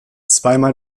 zweimal